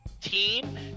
team